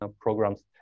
programs